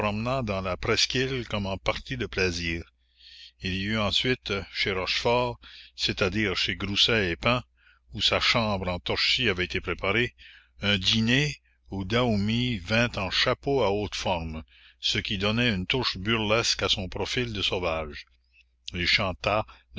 dans la presqu'île comme en partie de plaisir il y eut ensuite chez rochefort c'est-à-dire chez grousset et pain où sa chambre en torchis avait été préparée un dîner où daoumi vint en chapeau à haute forme ce qui la commune donnait une touche burlesque à son profil de sauvage il chanta